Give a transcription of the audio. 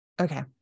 Okay